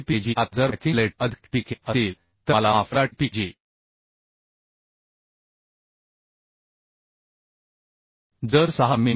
125tPkg आता जर packing plates अधिक असतील तर मला माफ करा tPkg जर 6 मि